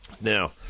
Now